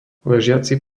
ležiaci